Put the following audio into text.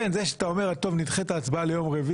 זה שאתה אומר שתדחה את ההצבעה ליום רביעי